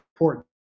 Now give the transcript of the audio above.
important